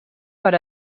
per